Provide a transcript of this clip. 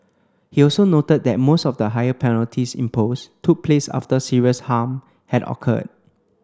he also noted that most of the higher penalties imposed took place after serious harm had occurred